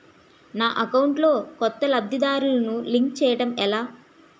నా అకౌంట్ లో కొత్త లబ్ధిదారులను లింక్ చేయటం ఎలా?